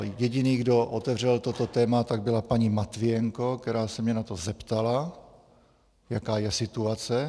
Jediný, kdo otevřel toto téma, byla paní Matvijenko, která se mě na to zeptala, jaká je situace.